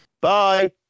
Bye